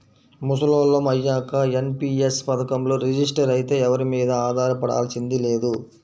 ముసలోళ్ళం అయ్యాక ఎన్.పి.యస్ పథకంలో రిజిస్టర్ అయితే ఎవరి మీదా ఆధారపడాల్సింది లేదు